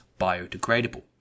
biodegradable